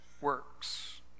works